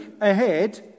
ahead